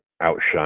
outshine